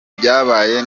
byabaye